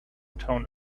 town